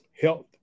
health